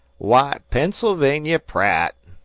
why, pennsylvania pratt,